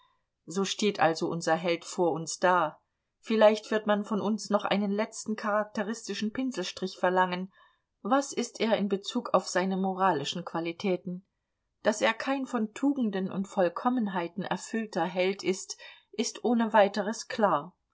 so steht also unser held vor uns da vielleicht wird man von uns noch einen letzten charakteristischen pinselstrich verlangen was ist er in bezug auf seine moralischen qualitäten daß er kein von tugenden und vollkommenheiten erfüllter held ist ist ohne weiteres klar